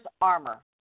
armor